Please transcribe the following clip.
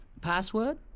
Password